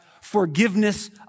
forgiveness